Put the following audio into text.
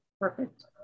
Perfect